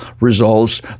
results